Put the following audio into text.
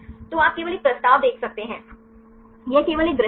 तो आप केवल एक प्रस्ताव देख सकते हैं यह केवल एक दृश्य है